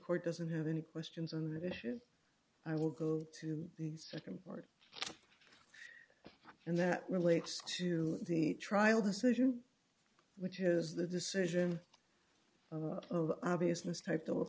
court doesn't have any questions on that issue i will go to the nd part and that relates to the trial decision which has the decision of obviousness type